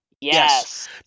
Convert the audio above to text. Yes